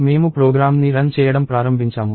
మేము ప్రోగ్రామ్ని రన్ చేయడం ప్రారంభించాము